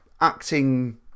acting